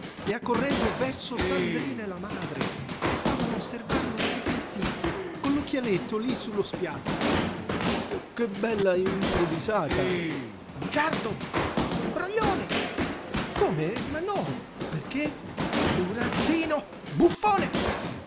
e accorrendo verso sandrina e la madre che stavano a osservarlo zitte zitte con l'occhialetto lí su lo spiazzo che bella improvvisata bugiardo imbroglione come ma no perché burattino buffone